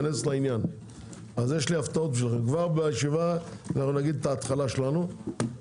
כבר בישיבה אנחנו נגיד את ההתחלה שלנו.